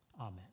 Amen